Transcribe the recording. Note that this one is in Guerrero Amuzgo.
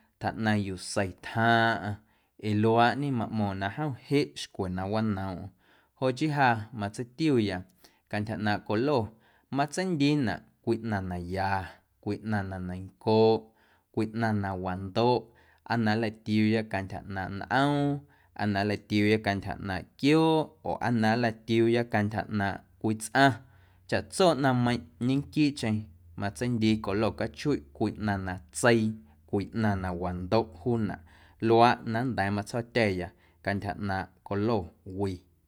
Tjaꞌnaⁿ yuu sei tjaaⁿꞌaⁿ ee luaaꞌñe maꞌmo̱ⁿnaꞌ jom jeꞌ xcwe na wanoomꞌm joꞌ chii ja matseitiuya cantyja ꞌnaaⁿꞌ colo matseindiinaꞌ cwii ꞌnaⁿ na ya, cwii ꞌnaⁿ na neiⁿncooꞌ, cwii ꞌnaⁿ na wandoꞌ aa na nlatiuuya cantyja ꞌnaaⁿꞌ nꞌoom aa na nlatiuuya cantyja ꞌnaaⁿꞌ quiooꞌ oo aa na nlatiuuya cantyja ꞌnaaⁿꞌ cwii tsꞌaⁿ chaꞌtso ꞌnaⁿmeiⁿꞌ ñenquiiꞌcheⁿ matseindii colo cachuiꞌ cwii ꞌnaⁿ na tseii, cwii ꞌnaⁿ na wandoꞌ juunaꞌ luaaꞌ na nnda̱a̱ matsjo̱tya̱ya cantyja ꞌnaaⁿꞌ colo wii.